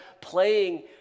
playing